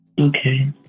Okay